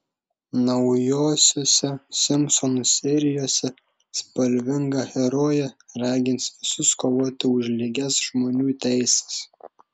naujausiose simpsonų serijose spalvinga herojė ragins visus kovoti už lygias žmonių teises